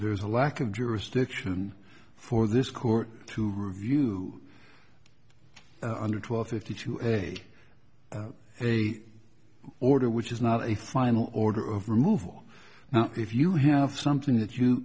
there's a lack of jurisdiction for this court to review under twelve fifty two and a a order which is not a final order of removal now if you have something that you